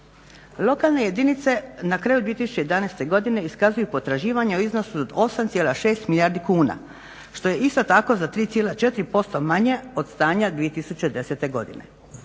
Lokalne jedinice na kraju 2011. godine iskazuju potraživanja u iznosu od 8,6 milijardi kuna što je isto tako za 3,4% manje od stanja 2010. godine.